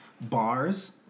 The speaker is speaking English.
bars